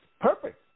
perfect